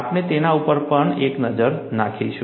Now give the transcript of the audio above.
આપણે તેમના ઉપર પણ એક નજર નાખીશું